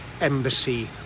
Embassy